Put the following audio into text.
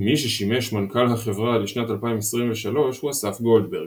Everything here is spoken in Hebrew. מי ששימש מנכ"ל החברה עד לשנת 2023 הוא אסף גולדברג.